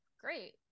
great